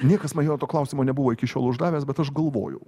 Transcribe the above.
niekas man jo to klausimo nebuvo iki šiol uždavęs bet aš galvojau